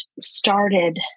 started